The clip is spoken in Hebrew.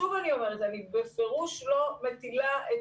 שוב אני אומרת: אני בפירוש לא מטילה את